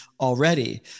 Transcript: already